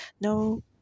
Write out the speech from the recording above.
no